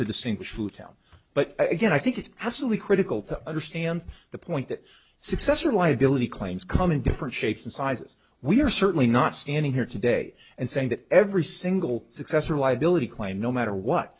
to distinguish newtown but again i think it's absolutely critical to understand the point that successor liability claims come in different shapes and sizes we're certainly not standing here today and saying that every single successor why ability claim no matter what